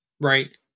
Right